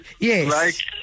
Yes